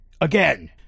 again